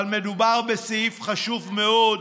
אבל מדובר בסעיף חשוב מאוד